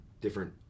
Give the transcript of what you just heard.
different